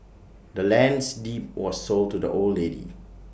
the land's deed was sold to the old lady